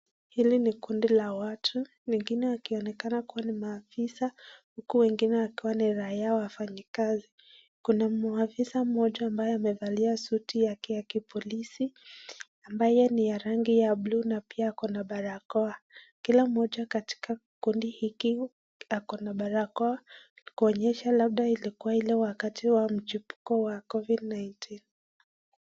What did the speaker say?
Hili ni kundi la watu, wengine wakionekana kuwa ni maafisa huku wengine wakiwa ni raia wafanyikazi , kuna muafisa mmoja ambaye amevalia suti yake ya kipolisi ambaye ni ya rangi ya bluu na pia ako na barakoa ,kila mmoja katika kikundi hiki ako na barakoa kuonyesha labda ilikuwa ile wakati wa mchipuko wa COVID-19.